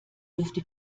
dürfte